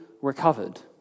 recovered